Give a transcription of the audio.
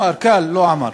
קל, לא עאמר,